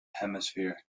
hemisphere